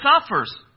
suffers